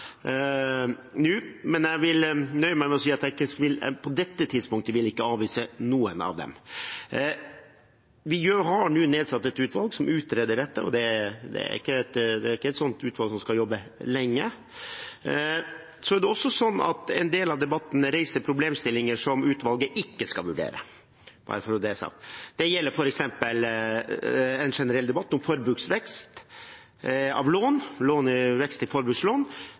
nå, men jeg vil nøye meg med å si at jeg på dette tidspunktet ikke vil avvise noen av dem. Vi har nå nedsatt et utvalg som utreder dette, og det er ikke et utvalg som skal jobbe lenge. En del av debatten reiser problemstillinger som utvalget ikke skal vurdere, bare så det er sagt. Det gjelder f.eks. en generell debatt om vekst i forbrukslån,